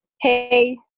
hey